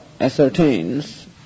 ascertains